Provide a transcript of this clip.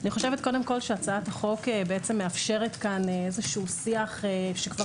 אני חושבת קודם כל שהצעת החוק מאפשרת כאן שיח שכבר